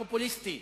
הפופוליסטי.